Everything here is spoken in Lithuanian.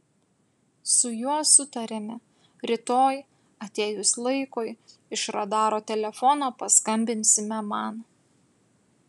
su juo sutarėme rytoj atėjus laikui iš radaro telefono paskambinsime man